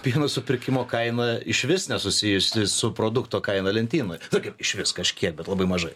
pieno supirkimo kaina išvis nesusijusi su produkto kaina lentynoj nu kaip išvis kažkiek bet labai mažai